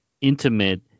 intimate